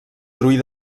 trull